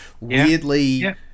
Weirdly